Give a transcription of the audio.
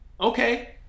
Okay